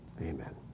Amen